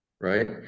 Right